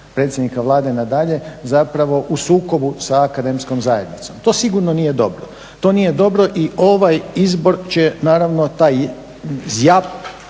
predsjednika Vlade nadalje zapravo u sukobu sa akademskom zajednicom. To sigurno nije dobro. To nije dobro i ovaj izbor će naravno taj zjap,